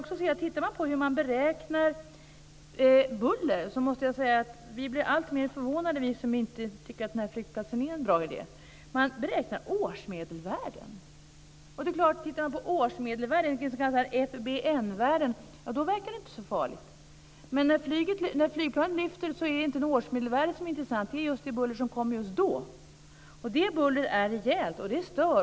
När det gäller beräkningarna för buller blir vi som inte tycker att den här flygplatsen är en bra idé alltmer förvånade. Man beräknar årsmedelvärden. Om man tittar på årsmedelvärden, s.k. FBN värden, verkar det inte så farligt, men när ett flygplan lyfter är det inte årsmedelvärdet som är intressant utan det buller som åstadkoms just då. Detta buller är rejält och det stör.